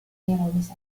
keeruliseks